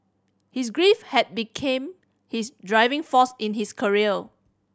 his grief had became his driving force in his career